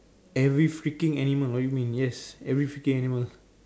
every freaking animal what you mean yes every freaking animal